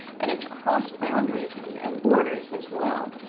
and it's cross boundaries and and borders as well.